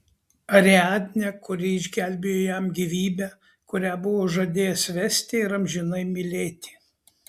ariadnę kuri išgelbėjo jam gyvybę kurią buvo žadėjęs vesti ir amžinai mylėti